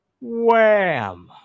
Wham